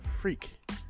freak